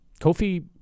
Kofi